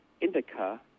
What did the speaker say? indica